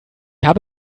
habe